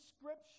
scripture